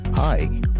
Hi